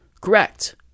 correct